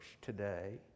today